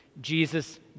Jesus